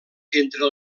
entre